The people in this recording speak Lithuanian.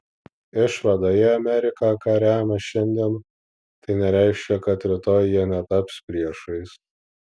išvada jei amerika ką remia šiandien tai nereiškia kad rytoj jie netaps priešais